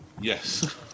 Yes